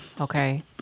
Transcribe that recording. Okay